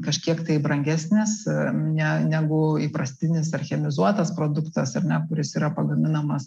kažkiek tai brangesnis ne negu įprastinis ar chemizuotas produktas ar ne kuris yra pagaminamas